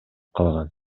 калган